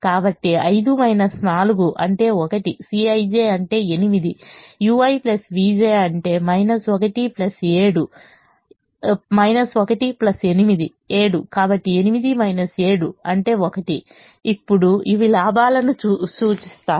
కాబట్టి 5 4 అంటే 1 Cij అంటే 8 ui vj అంటే 1 8 7 కాబట్టి 8 7 అంటే 1 ఇప్పుడు ఇవి లాభాలను సూచిస్తాయి